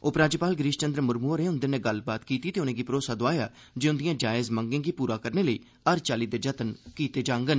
उपराज्यपाल गिरिश चंद्र मुर्मू होरें उंदे कन्ने गल्ल कीती ते उनेंगी भरौसा दौआया जे उंदियें जायज मंगे गी पूरा करने लेई हर चाल्ली दे जतन कीते जांगन